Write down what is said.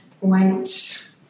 went